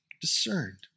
discerned